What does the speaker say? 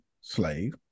Slave